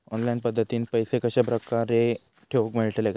Online पद्धतीन पैसे कश्या प्रकारे ठेऊक मेळतले काय?